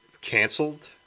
canceled